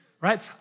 right